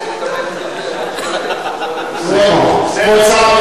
זה רק,